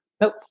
Nope